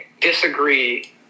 disagree